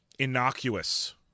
innocuous